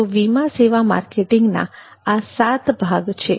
તો વીમા સેવા માર્કેટિંગના આ સાત ભાગ છે